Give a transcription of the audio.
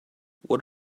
what